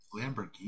Lamborghini